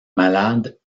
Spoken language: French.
malades